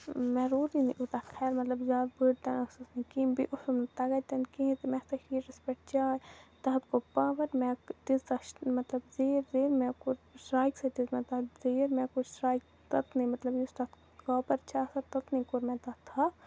مےٚ روٗدٕے نہٕ یوٗتاہ خیال مطلب زیادٕ بٔڑۍ تہِ ٲسٕس نہٕ کِہیٖنۍ بیٚیہِ اوسُم نہٕ تگان تہِ نہٕ کِہیٖنۍ تہٕ مےٚ تھٲو ہیٖٹرَس پٮ۪ٹھ چاے تَتھ گوٚو پاوَر مےٚ تیٖژاہ چھِ مطلب زیٖر زیٖر مےٚ کوٚر شرٛاکہِ سۭتۍ دِژ مےٚ تَتھ زیٖر مےٚ کوٚر شرٛاکہِ تٔتِنٕے مطلب یُس تَتھ کاپَر چھِ آسان تٔتنٕے کوٚر مےٚ تَتھ تھپھ